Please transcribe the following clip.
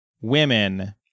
women